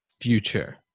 future